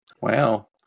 wow